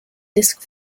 disc